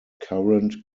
current